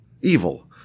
evil